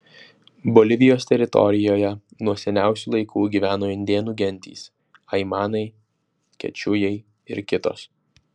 bolivijos teritorijoje nuo seniausių laikų gyveno indėnų gentys aimanai kečujai ir kitos